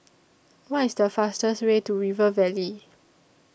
What IS The fastest Way to River Valley